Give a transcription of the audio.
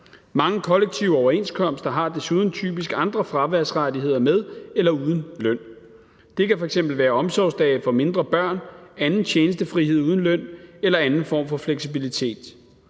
Mange kollektive overenskomster har desuden typisk andre fraværsrettigheder med eller uden løn. Det kan f.eks. være omsorgsdage for mindre børn, anden tjenestefrihed uden løn eller anden form for fleksibilitet.